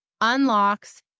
unlocks